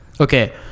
Okay